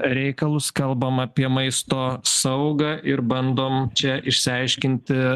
reikalus kalbam apie maisto saugą ir bandom čia išsiaiškinti